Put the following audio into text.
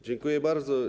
Dziękuję bardzo.